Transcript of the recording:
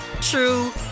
true